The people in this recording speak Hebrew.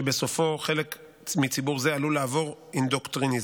שבסופו חלק מציבור זה עלול לעבור אינדוקטרינציה,